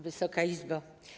Wysoka Izbo!